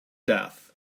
death